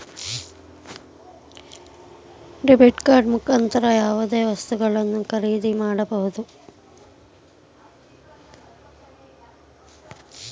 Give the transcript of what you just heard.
debit card ಮುಖಾಂತರ ಯಾವುದೇ ವಸ್ತುಗಳನ್ನು ಖರೀದಿ ಮಾಡಬಹುದು